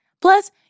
Plus